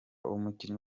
umukinnyi